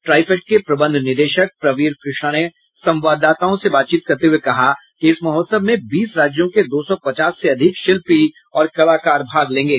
ट्राईफेड के प्रबंध निदेशक प्रवीर कृष्णा ने संवाददाताओं से बातचीत करते हुए कहा कि इस महोत्सव में बीस राज्यों के दो सौ पचास से अधिक शिल्पी और कलाकार भाग लेंगे